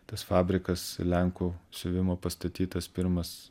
tas fabrikas lenkų siuvimo pastatytas pirmas